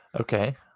Okay